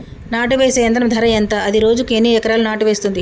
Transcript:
నాటు వేసే యంత్రం ధర ఎంత? అది రోజుకు ఎన్ని ఎకరాలు నాటు వేస్తుంది?